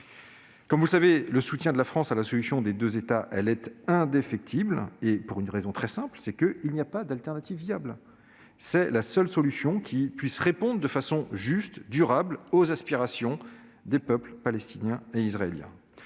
Comme vous le savez, le soutien de la France à la solution des deux États est indéfectible, pour une raison très simple : il n'y a pas d'alternative viable. C'est la seule solution qui puisse répondre de façon juste et durable aux aspirations des peuples palestinien et israélien.